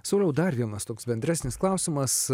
sauliau dar vienas toks bendresnis klausimas